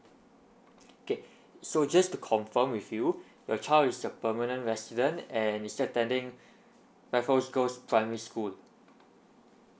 okay so just to confirm with you your child is a permanent resident and is attending raffles girls primary school